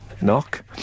knock